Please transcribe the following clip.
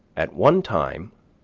at one time,